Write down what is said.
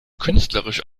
künstlerisch